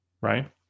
right